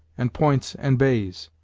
and points and bays.